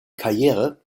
karriere